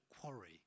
quarry